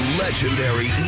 legendary